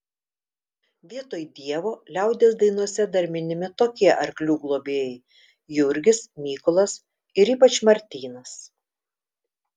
vietoj dievo liaudies dainose dar minimi tokie arklių globėjai jurgis mykolas ir ypač martynas